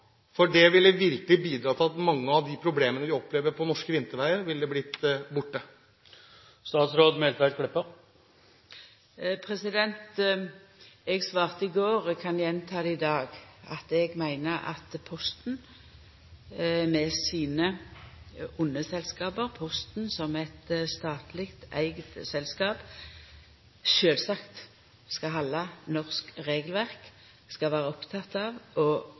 norske vinterveier, ville blitt borte. Eg svarte i går, og eg kan gjenta det i dag, at eg meiner at Posten med sine underselskap og Posten som eit statleg eigd selskap sjølvsagt skal halda norsk regelverk og vera oppteken av